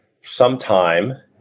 sometime